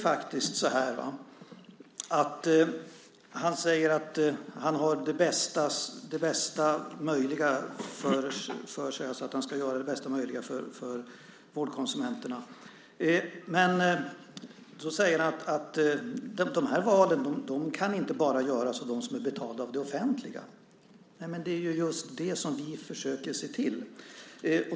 Socialministern säger att han har vårdkonsumenternas bästa för ögonen, att han ska göra det bästa möjliga för vårdkonsumenterna. Sedan säger han att dessa val inte ska göras endast av dem som är betalda av det offentliga. Men det är just det som vi försöker se till.